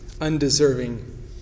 undeserving